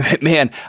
Man